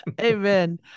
Amen